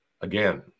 Again